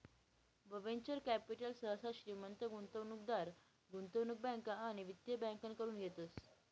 venture capital सहसा श्रीमंत गुंतवणूकदार, गुंतवणूक बँका आणि वित्तीय बँकाकडतून येतस